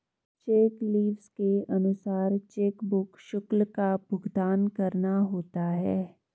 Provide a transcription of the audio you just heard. check leaves के अनुसार chequebook शुल्क का भुगतान करना होता है